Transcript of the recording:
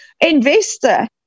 investor